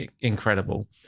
incredible